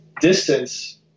distance